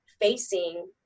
facing